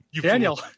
Daniel